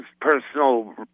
personal